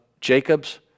Jacob's